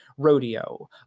Rodeo